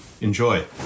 Enjoy